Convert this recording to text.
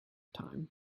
time